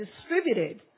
distributed